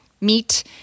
meat